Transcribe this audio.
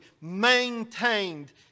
maintained